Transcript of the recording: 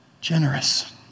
generous